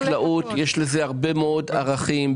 לחקלאות יש הרבה מאוד ערכים,